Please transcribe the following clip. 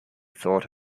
thought